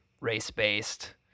race-based